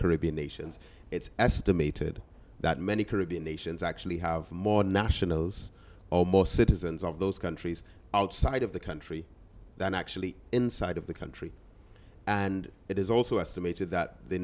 caribbean nations it's estimated that many caribbean nations actually have more nationals all more citizens of those countries outside of the country than actually inside of the country and it is also estimated that the